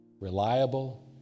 reliable